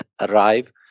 ARRIVE